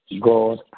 God